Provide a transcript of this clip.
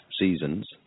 seasons